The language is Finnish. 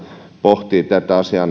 pohtia tätä asiaa annetaan oikeuskanslerin